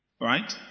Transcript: right